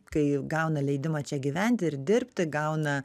kai gauna leidimą čia gyventi ir dirbti gauna